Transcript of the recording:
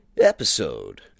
episode